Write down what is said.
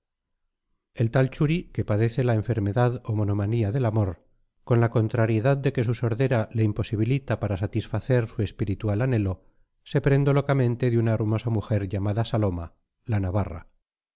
el tal churi que padece la enfermedad o monomanía del amor con la contrariedad de que su sordera le imposibilita para satisfacer su espiritual anhelo se prendó locamente de una hermosa mujer llamada saloma la navarra